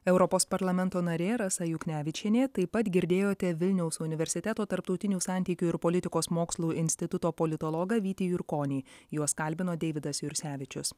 europos parlamento narė rasa juknevičienė taip pat girdėjote vilniaus universiteto tarptautinių santykių ir politikos mokslų instituto politologą vytį jurkonį juos kalbino deividas jursevičius